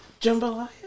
Jambalaya